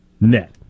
net